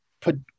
put